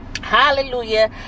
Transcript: Hallelujah